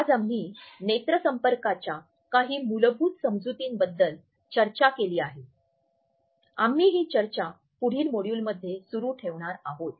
आज आम्ही नेत्रसंपर्काच्या काही मूलभूत समजुतींबद्दल चर्चा केली आहे आम्ही ही चर्चा पुढील मॉड्यूलमध्ये सुरू ठेवणार आहोत